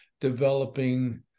developing